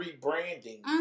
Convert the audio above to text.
rebranding